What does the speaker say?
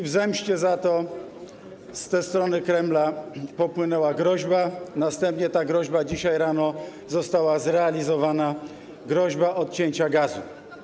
W zemście za to ze strony Kremla popłynęła groźba, następnie ta groźba dzisiaj rano została zrealizowana - groźba odcięcia gazu.